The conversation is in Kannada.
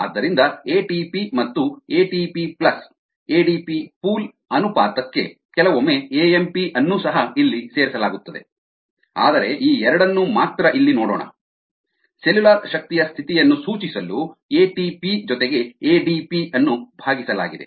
ಆದ್ದರಿಂದ ಎಟಿಪಿ ಮತ್ತು ಎಟಿಪಿ ಪ್ಲಸ್ ಎಡಿಪಿ ಪೂಲ್ ಅನುಪಾತಕ್ಕೆ ಕೆಲವೊಮ್ಮೆ ಎಎಂಪಿ ಅನ್ನು ಸಹ ಇಲ್ಲಿ ಸೇರಿಸಲಾಗುತ್ತದೆ ಆದರೆ ಈ ಎರಡನ್ನು ಮಾತ್ರ ಇಲ್ಲಿ ನೋಡೋಣ ಸೆಲ್ಯುಲಾರ್ ಶಕ್ತಿಯ ಸ್ಥಿತಿಯನ್ನು ಸೂಚಿಸಲು ಎಟಿಪಿ ಜೊತೆಗೆ ಎಡಿಪಿ ಅನ್ನು ಭಾಗಿಸಲಾಗಿದೆ